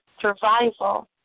survival